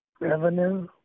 revenue